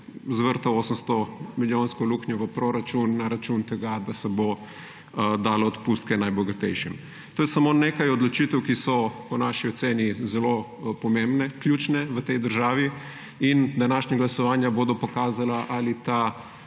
zvrtal 800-milijonsko luknjo v proračun na račun tega, da se bodo dali odpustki najbogatejšim. To je samo nekaj odločitev, ki so po naši oceni zelo pomembne, ključne v tej državi. Današnja glasovanja bodo pokazala, ali ta